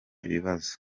ikibazo